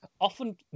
often